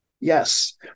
Yes